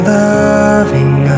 loving